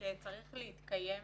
שצריך להתקיים.